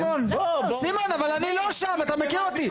סימון, אבל אני לא שם, אתה מכיר אותי.